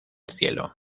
cielo